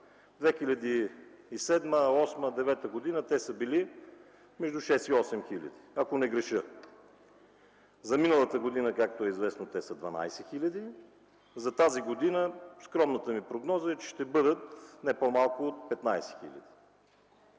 2007-2008-2009 г. те са били между 6 и 8000, ако не греша. За миналата година, както е известно, те са 12 000 , за тази година скромната ми прогноза е, че ще бъдат не по-малко от 15 000.